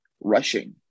rushing